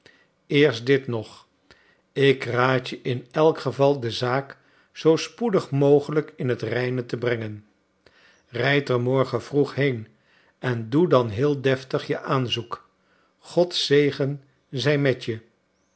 eerst dit nog ik raad je in elk geval de zaak zoo spoedig mogelijk in het reine te brengen rijd er morgen vroeg heen en doe dan heel deftig je aanzoek gods zegen zij met je